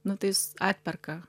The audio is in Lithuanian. nu tais atperka